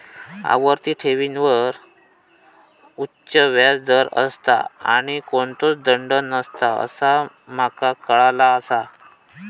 आवर्ती ठेवींवर उच्च व्याज दर असता आणि कोणतोच दंड नसता असा माका काळाला आसा